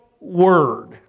Word